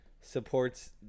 supports